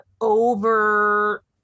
over